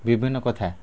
ବିଭିନ୍ନ କଥା